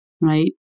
right